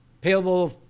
payable